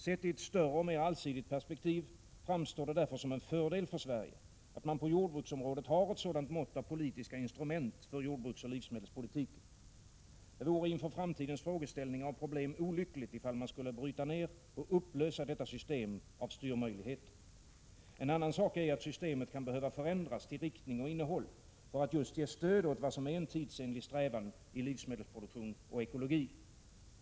Sett i ett större och mer allsidigt perspektiv framstår det som en fördel för Sverige att man på jordbruksområdet har ett sådant mått av politiska instrument för jordbruksoch livsmedelspolitiken. Det vore inför framtidens frågeställningar och problem olyckligt, ifall man skulle bryta ner och upplösa detta system av styrmöjligheter. En annan sak är, att systemet kan behöva förändras till riktning och innehåll för att just ge stöd åt vad som är en tidsenlig strävan i livsmedelsproduktion och ekologi.